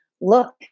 look